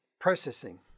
processing